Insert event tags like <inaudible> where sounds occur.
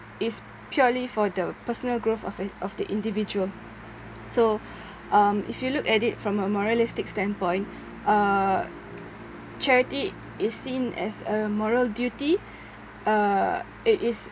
is purely for the personal growth of a of the individual so <breath> um if you look at it from a moralistic standpoint uh charity is seen as a moral duty uh it is